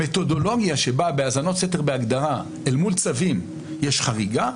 המתודולוגיה שבה בהאזנות סתר בהגדרה אל מול צווים יש חריגה,